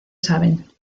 saben